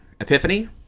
Epiphany